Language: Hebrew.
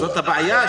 זאת הבעיה,